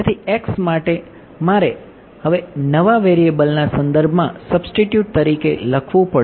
તેથી x માટે મારે હવે નવા વેરિએબલના સંદર્ભમાં સબ્સ્ટિટ્યુટ તરીકે લખવું પડશે